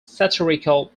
satirical